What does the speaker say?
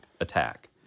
attack